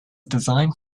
designed